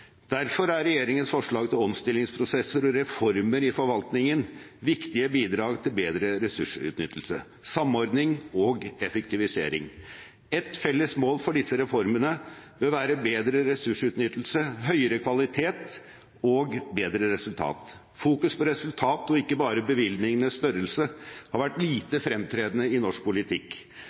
Derfor er regjeringens forslag til omstillingsprosesser og reformer i forvaltningen viktige bidrag til bedre ressursutnyttelse, samordning og effektivisering. Et felles mål for disse reformene bør være bedre ressursutnyttelse, høyere kvalitet og bedre resultater. Fokus på resultater og ikke bare bevilgningenes størrelse har vært lite fremtredende i norsk politikk